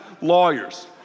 lawyers